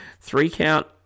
three-count